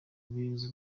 ubuyobozi